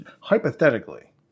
hypothetically